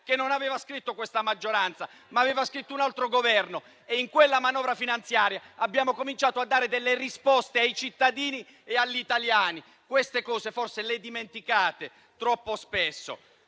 che non aveva scritto questa maggioranza, ma aveva scritto un altro Governo, e in quella manovra finanziaria abbiamo cominciato a dare delle risposte ai cittadini, agli italiani. Queste cose forse le dimenticate troppo spesso.